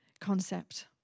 concept